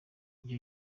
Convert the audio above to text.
icyo